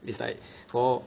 it's like 我